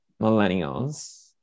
Millennials